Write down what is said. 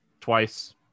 twice